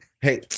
hey